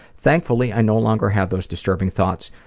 thankfully, i no longer have those disturbing thoughts,